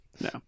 No